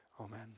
Amen